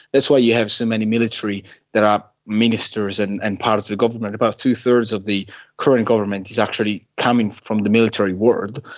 that's why you have so many military that are ministers and and part of the government, about two-thirds of the current government is actually coming from the military world.